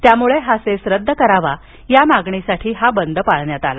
त्यामुळे हा सेस रद्द करावा या मागणीसाठी हा बंद पाळण्यात आला